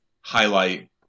highlight